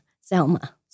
Selma